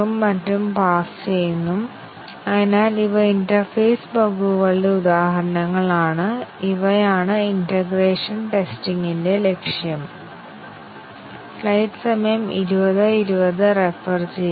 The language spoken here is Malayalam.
അതിന്റെ അടിസ്ഥാനത്തിൽ നമ്മൾ ചർച്ച ചെയ്ത ഉദാഹരണത്തിനായി നമുക്ക് DU ചെയിനുകൾ കണക്കുകൂട്ടാൻ കഴിയും a എന്നത് ബ്ലോക്ക് 1 ൽ നിർവ്വചിച്ചിട്ടുള്ള ഒരു വേരിയബിളാണ് ഇത് ബ്ലോക്ക് 5 ൽ ഉപയോഗിക്കുന്നു ഇത് ഒരു DU ചെയിൻ ഉണ്ടാക്കുന്നു